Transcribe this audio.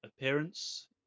appearance